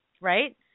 right